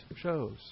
shows